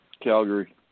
Calgary